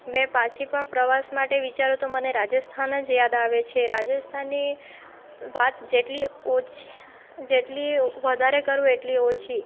મેં પાછી પણ પ્રવાસ માટે વિચારું તો મને રાજસ્થાન જ યાદ આવે છે રાજસ્થાનની વાત જેટલી જેટલી વધારે કરું એટલી ઓછી